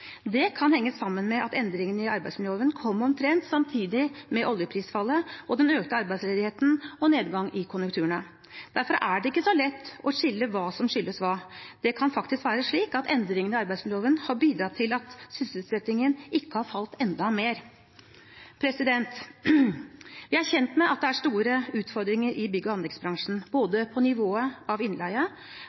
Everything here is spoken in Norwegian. Det kan henge sammen med at endringene i arbeidsmiljøloven kom omtrent samtidig med oljeprisfallet, den økte arbeidsledigheten og nedgang i konjunkturene. Derfor er det ikke så lett å skille hva som skyldes hva. Det kan faktisk være slik at endringene i arbeidsmiljøloven har bidratt til at sysselsettingen ikke har falt enda mer. Jeg er kjent med at det er store utfordringer i bygg- og anleggsbransjen, både på nivået av innleie,